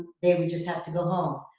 they would just have to go home.